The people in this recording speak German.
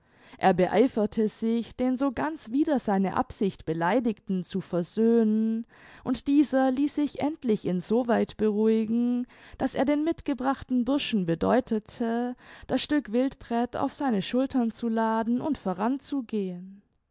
er beeiferte sich den so ganz wider seine absicht beleidigten zu versöhnen und dieser ließ sich endlich in so weit beruhigen daß er den mitgebrachten burschen bedeutete das stück wildpret auf seine schultern zu laden und voranzugehen